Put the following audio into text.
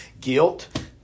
Guilt